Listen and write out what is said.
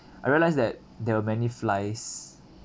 I realised that there were many flies